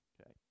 Okay